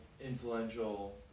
influential